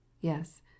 yes